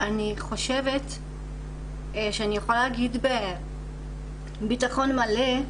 אני יכולה להגיד בביטחון מלא,